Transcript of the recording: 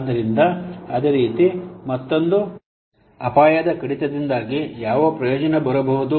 ಆದ್ದರಿಂದ ಅದೇ ರೀತಿ ಮತ್ತೊಂದು ಅಪಾಯದ ಕಡಿತದಿಂದಾಗಿ ಯಾವ ಪ್ರಯೋಜನ ಬರಬಹುದು